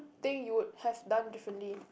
thing you would have done differently